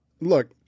Look